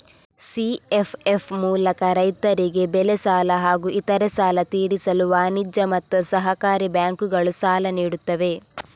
CFF ಮೂಲಕ ರೈತರಿಗೆ ಬೆಳೆ ಸಾಲ ಹಾಗೂ ಇತರೆ ಸಾಲ ತೀರಿಸಲು ವಾಣಿಜ್ಯ ಮತ್ತು ಸಹಕಾರಿ ಬ್ಯಾಂಕುಗಳು ಸಾಲ ನೀಡುತ್ತವೆ